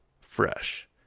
fresh